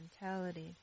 mentality